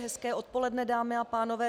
Hezké odpoledne, dámy a pánové.